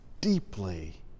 deeply